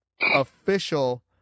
official